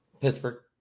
Pittsburgh